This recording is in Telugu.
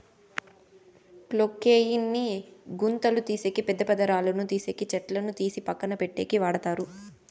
క్రొక్లేయిన్ ని గుంతలు తీసేకి, పెద్ద పెద్ద రాళ్ళను తీసేకి, చెట్లను తీసి పక్కన పెట్టేకి వాడతారు